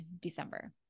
December